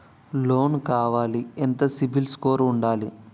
Loan కావాలి ఎంత CIBIL score ఉండాలి?